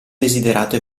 desiderato